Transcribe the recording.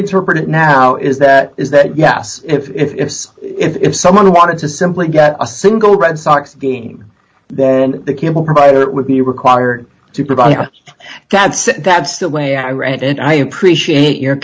had to report it now is that is that yes if so if someone wanted to simply get a single red sox theme then the cable provider would be required to provide that so that's the way i read it and i appreciate your